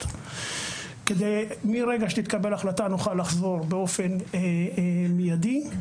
כך שמרגע שתתקבל החלטה נוכל לחזור באופן מיידי.